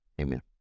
amen